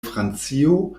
francio